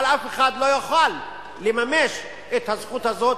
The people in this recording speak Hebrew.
אבל אף אחד לא יוכל לממש את הזכות הזאת,